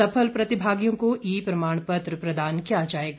सफल प्रतिभागियों को ई प्रमाण पत्र प्रदान किया जाएगा